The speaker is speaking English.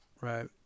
right